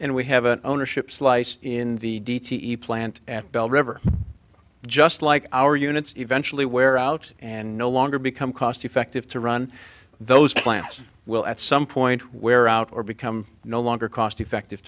and we have an ownership slice in the d t e plant at bell river just like our units eventually wear out and no longer become cost effective to run those plants will at some point where out or become no longer cost effective